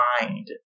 mind